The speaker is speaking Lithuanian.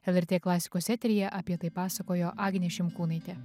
lrt klasikos eteryje apie tai pasakojo agnė šimkūnaitė